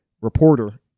reporter